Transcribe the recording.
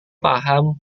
paham